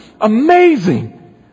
Amazing